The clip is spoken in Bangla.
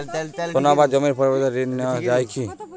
সোনা বা জমির পরিবর্তে ঋণ নেওয়া যায় কী?